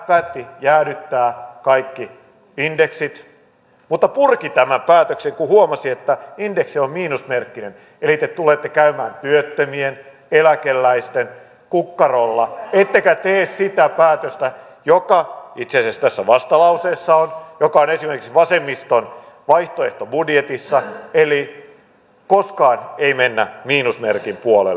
päätti jäädyttää kaikki indeksit mutta purki tämän päätöksen kun huomasi että indeksi on miinusmerkkinen eli te tulette käymään työttömien eläkeläisten kukkarolla ettekä tee sitä päätöstä joka itse asiassa tässä vastalauseessa on joka on esimerkiksi vasemmiston vaihtoehtobudjetissa että koskaan ei mennä miinusmerkin puolelle